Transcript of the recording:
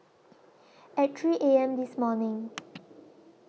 At three A M This morning